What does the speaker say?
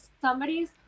somebody's